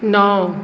नओ